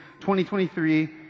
2023